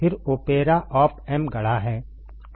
फिर ओपेरा op amp गढ़ा है